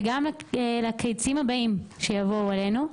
וגם לקיצים הבאים שיבואו עלינו.